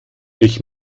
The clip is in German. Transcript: ich